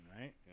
right